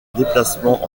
déplacement